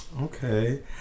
Okay